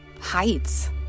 Heights